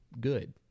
good